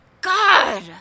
God